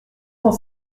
cent